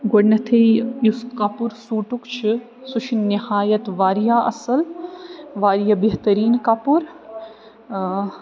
گۄڈٕنٮ۪تھٕے یُس کپُر سوٗٹُک چھِ سُہ چھِ نِہایت واریاہ اَصٕل واریاہ بہتریٖن کپُر